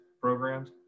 programs